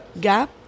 Gap